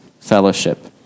fellowship